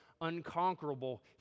unconquerable